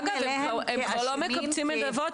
אגב, הם כבר לא מקבצים נדבות.